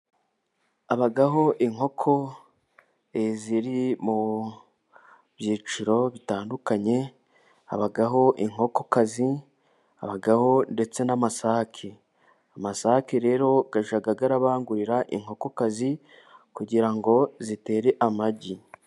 Babaho inkoko ziri mu byiciro bitandukanye, habaho inkokokazi, habaho ndetse n'amasake. Amasake rero ajya abangurira inkokokazi, kugira ngo zitere amagi.